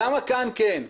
למה כאן כן?